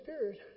Spirit